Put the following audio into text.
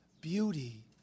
beauty